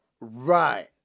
Right